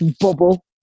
bubble